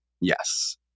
Yes